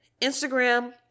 Instagram